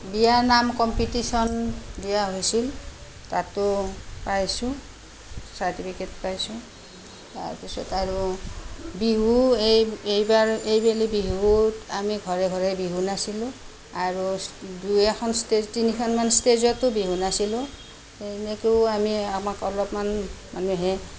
বিয়ানাম কম্পিটিচন দিয়া হৈছিল তাতো পাইছোঁ চাৰ্টিফিকেট পাইছোঁ তাৰপিছত আৰু বিহু এইবাৰ এইবেলি বিহুত আমি ঘৰে ঘৰে বিহু নাচিলোঁ আৰু দুই এখন ষ্টেজ তিনিখন মান ষ্টেজতো বিহু নাচিলোঁ তেনেকৈও আমি আমাক অলপমান মানে